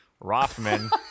Rothman